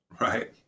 right